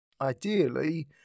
Ideally